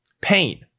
pain